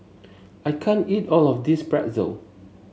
I can't eat all of this Pretzel